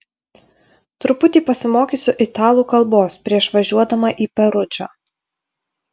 truputį pasimokysiu italų kalbos prieš važiuodama į perudžą